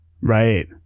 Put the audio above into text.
Right